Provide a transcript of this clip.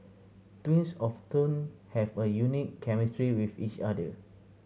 twins often have a unique chemistry with each other